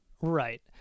right